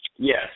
Yes